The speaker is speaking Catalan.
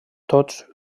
tots